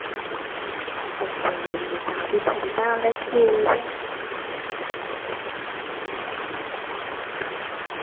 अच्छा बड़ी ऐ तां फ्ही खरी धाम रक्खी दी तुसैं